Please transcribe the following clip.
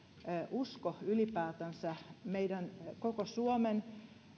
usko ylipäätänsä koko suomen